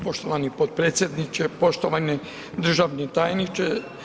Poštovani potpredsjedniče, poštovani državni tajniče.